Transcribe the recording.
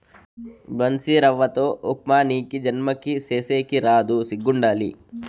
బన్సీరవ్వతో ఉప్మా నీకీ జన్మకి సేసేకి రాదు సిగ్గుండాల